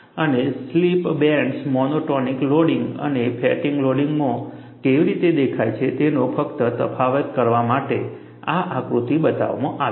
અને slip bands monotonic loading અને fatigue લોડિંગમાં કેવી રીતે દેખાય છે તેનો ફક્ત તફાવત કરવા માટે આ આકૃતિ બતાવવામાં આવી છે